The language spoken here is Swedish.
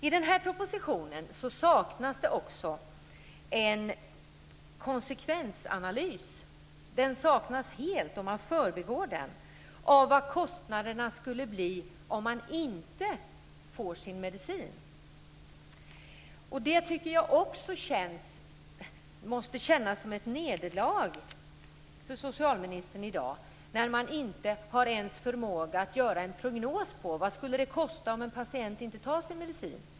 I propositionen saknas det också helt en konsekvensanalys av vilka kostnader som skulle uppstå om den sjuke inte får sin medicin. Jag tycker att det måste kännas som ett nederlag för socialministern i dag att man inte ens har förmåga att göra en prognos av vad det skulle kosta om en patient inte tar sin medicin.